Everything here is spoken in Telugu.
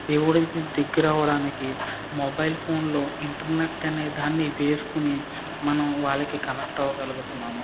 దేవుడికి దగ్గర అవడానికి మొబైల్ ఫోన్ లో ఇంటర్నెట్ అనే దాన్ని వేసుకుని మనం వాళ్ళకు కనెక్ట్ అవ్వగలుగుతున్నాము